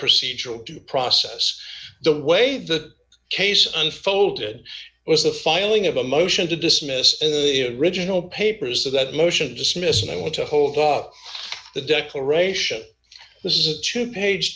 procedural due process the way the case unfolded was the filing of a motion to dismiss original papers of that motion to dismiss and i want to hold off the declaration this is a two page